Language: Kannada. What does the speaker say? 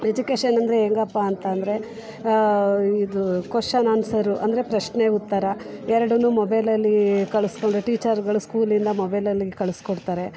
ಎಜುಕೇಶನ್ ಅಂದರೆ ಹೆಂಗಪ್ಪಾ ಅಂತ ಅಂದರೆ ಇದು ಕ್ವೆಶ್ಚನ್ ಆನ್ಸರು ಅಂದರೆ ಪ್ರಶ್ನೆ ಉತ್ತರ ಎರಡನ್ನೂ ಮೊಬೈಲಲ್ಲಿ ಕಳಿಸ್ಕೊಂಡು ಟೀಚರುಗಳು ಸ್ಕೂಲಿಂದ ಮೊಬೈಲಲ್ಲಿ ಕಳಿಸ್ಕೊಡ್ತಾರೆ